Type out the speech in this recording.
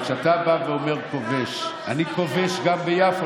אבל כשאתה בא ואומר "כובש" אני כובש גם ביפו,